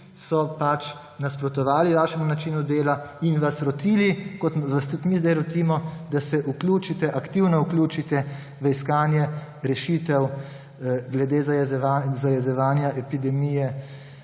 nasprotovali vašemu načinu dela in vas rotili, kot vas tudi mi sedaj rotimo, da se vključite, aktivno vključite v iskanje rešitev glede zajezitve epidemije